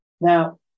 Now